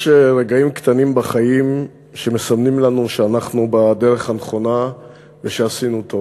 יש רגעים קטנים בחיים שמסמנים לנו שאנחנו בדרך הנכונה ושעשינו טוב.